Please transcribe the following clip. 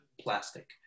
plastic